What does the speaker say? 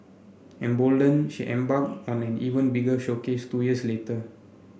emboldened she embarked on an even bigger showcase two years later